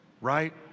right